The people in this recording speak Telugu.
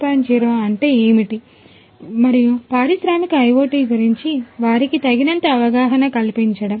0 అంటే ఏమిటి మరియు పారిశ్రామిక IoT గురించి వారికి తగినంత అవగాహన కల్పించడం